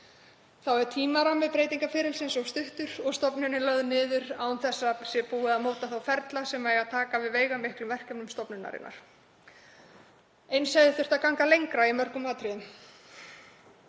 Þá er tímarammi breytingaferilsins of stuttur og stofnunin lögð niður án þess að búið sé að móta þá ferla sem eiga að taka við veigamiklum verkefnum stofnunarinnar. Eins hefði þurft að ganga lengra í mörgum atriðum.